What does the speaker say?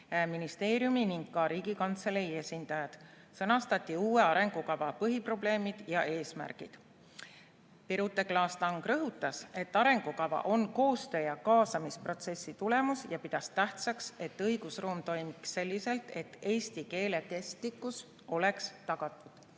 ministeeriumi ning ka Riigikantselei esindajad. Sõnastati uue arengukava põhiprobleemid ja eesmärgid. Birute Klaas-Lang rõhutas, et arengukava on koostöö ja kaasamise protsessi tulemus, ja pidas tähtsaks, et õigusruum toimiks selliselt, et eesti keele kestlikkus oleks tagatud,